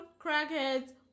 crackheads